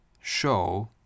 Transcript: show